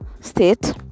state